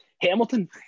Hamilton